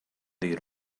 dir